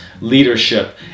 leadership